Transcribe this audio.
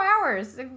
hours